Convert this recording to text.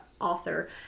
author